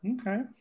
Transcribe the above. Okay